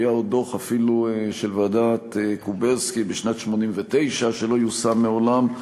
היה אפילו דוח של ועדת קוברסקי בשנת 1989 שלא יושם מעולם.